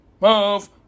move